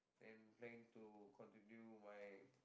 and planning to continue my